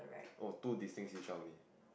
oh two distinct seashell only